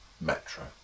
Metro